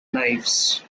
knives